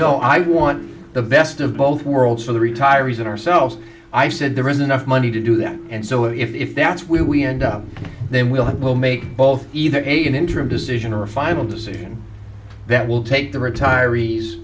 no i want the best of both worlds for the retirees and ourselves i said there is enough to do that and so if that's where we end up then we'll have to make both either take an interim decision or a final decision that will take the retiree